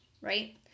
right